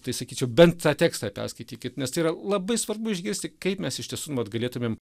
tai sakyčiau bent tą tekstą perskaitykit nes tai yra labai svarbu išgirsti kaip mes iš tiesų vat galėtumėm